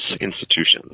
institutions